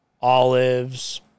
olives